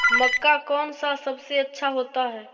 मक्का कौन सा सबसे अच्छा होता है?